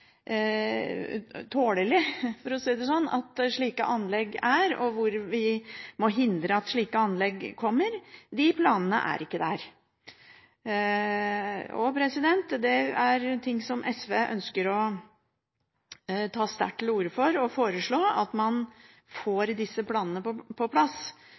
tålelig at slike anlegg er, og hvor vi må hindre at slike anlegg kommer, er ikke planene der. At man får disse planene på plass, er noe SV ønsker å ta sterkt til orde for og foreslå. Nå kan sertifikatordningen som dette handler om, være en tidsbegrenset ordning, og vi må se på